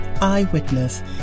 Eyewitness